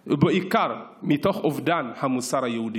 בעיקר מתוך אובדן המוסר היהודי.